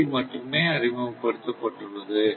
போட்டி மட்டுமே அறிமுகப்படுத்தப்பட்டுள்ளது